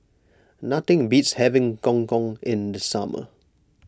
nothing beats having Gong Gong in the summer